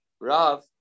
Rav